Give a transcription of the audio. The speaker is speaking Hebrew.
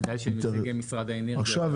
כדאי שנציגי משרד האנרגיה יתייחסו.